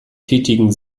tätigen